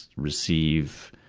receive